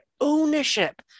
ownership